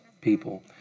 people